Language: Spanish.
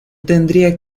tendría